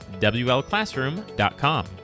WLClassroom.com